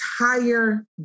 entire